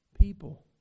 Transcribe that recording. people